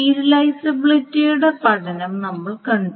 സീരിയലിസബിലിറ്റിയുടെ പഠനം നമ്മൾ കണ്ടു